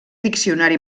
diccionari